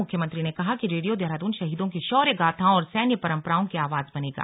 मुख्यमंत्री ने कहा कि रेडियो देहरादून शहीदों की शौर्य गाथाओं और सैन्य परंपराओं की आवाज बनेगा